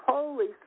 Holy